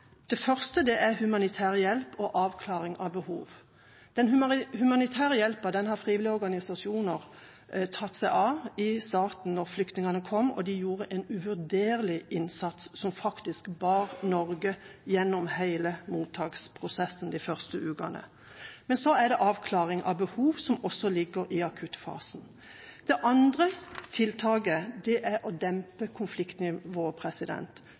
Det første er humanitær hjelp og avklaring av behov. Den humanitære hjelpen tok frivillige organisasjoner seg av i starten da flyktningene kom, og de gjorde en uvurderlig innsats, som faktisk bar Norge gjennom hele mottaksprosessen de første ukene. Så er det avklaring av behov – som også ligger i akuttfasen. Det andre tiltaket er å dempe konfliktnivået